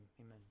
Amen